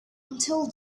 until